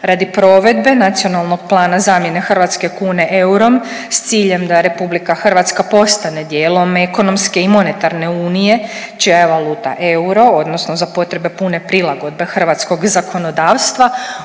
Radi provedbe Nacionalnog plana zamjene hrvatske kune eurom s ciljem da RH postane dijelom ekonomske i monetarne unije čija je valuta euro, odnosno za potrebe pune prilagodbe hrvatskog zakonodavstva